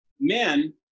men